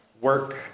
work